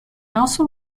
also